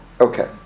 Okay